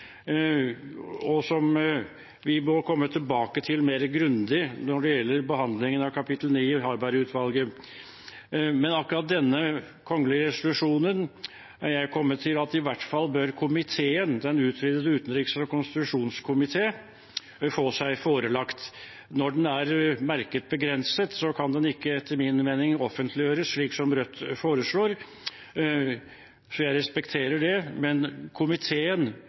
og som vi må komme tilbake til mer grundig når det gjelder behandlingen av kapittel 9 i Harberg-utvalget. Men akkurat denne kongelige resolusjonen er jeg kommet til at i hvert fall den utvidete utenriks- og forsvarskomité bør få seg forelagt. Når den er merket BEGRENSET, kan den etter min mening ikke offentliggjøres, slik som Rødt foreslår – jeg respekterer det. Men komiteen